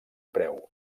preu